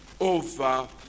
over